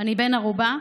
אני בן ערובה?